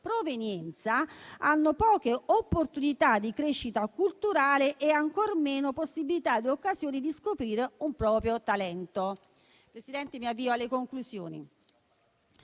provenienza, hanno poche opportunità di crescita culturale e ancor meno possibilità e occasioni di scoprire un proprio talento. Presidente, mi avvio alle conclusioni.